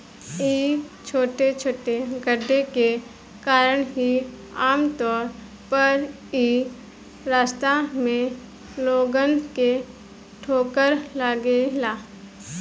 इ छोटे छोटे गड्ढे के कारण ही आमतौर पर इ रास्ता में लोगन के ठोकर लागेला